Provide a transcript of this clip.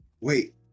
Wait